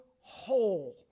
whole